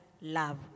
love